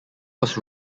was